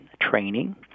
training